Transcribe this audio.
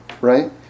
right